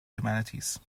humanities